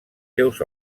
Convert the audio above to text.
seus